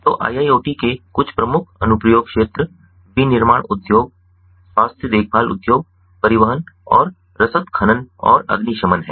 तो IIoT के कुछ प्रमुख अनुप्रयोग क्षेत्र विनिर्माण उद्योग स्वास्थ्य देखभाल उद्योग परिवहन और रसद खनन और अग्निशमन हैं